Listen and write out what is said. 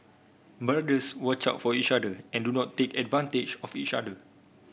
brothers watch out for each other and do not take advantage of each other